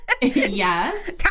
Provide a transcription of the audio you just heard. Yes